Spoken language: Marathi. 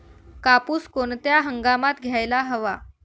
कापूस कोणत्या हंगामात घ्यायला हवा?